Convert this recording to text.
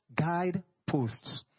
guideposts